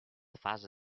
fase